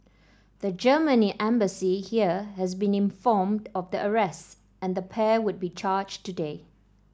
the Germany Embassy here has been informed of the arrests and the pair would be charged today